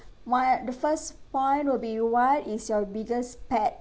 what the first point will be what is your biggest pet